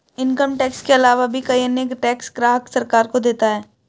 income tax के आलावा भी कई अन्य टैक्स ग्राहक सरकार को देता है